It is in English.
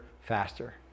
faster